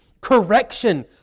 Correction